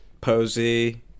Posey